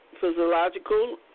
physiological